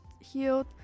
healed